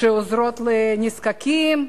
שעוזרות לנזקקים,